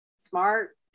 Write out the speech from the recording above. smart